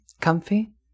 Comfy